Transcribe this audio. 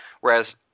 Whereas